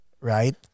right